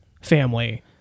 family